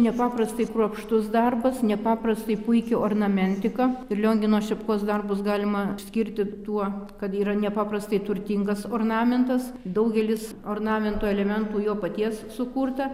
nepaprastai kruopštus darbas nepaprastai puiki ornamentika ir liongino šepkos darbus galima skirti tuo kad yra nepaprastai turtingas ornamentas daugelis ornamento elementų jo paties sukurta